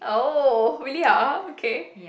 oh really ah oh okay